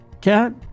cat